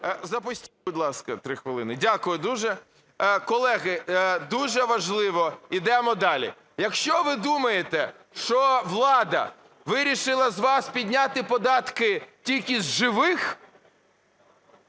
Запустіть, будь ласка, 3 хвилини. Дякую дуже. Колеги, дуже важливо, йдемо далі. Якщо ви думаєте, що влада вирішила з вас підняти податки тільки з живих,